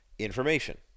information